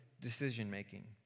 decision-making